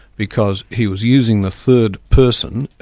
because he was using the third person.